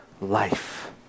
life